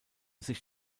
sich